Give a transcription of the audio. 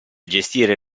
gestire